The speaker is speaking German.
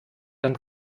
dann